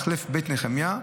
מחלף בית נחמיה,